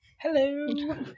hello